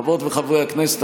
חברות וחברי הכנסת,